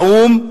באו"ם,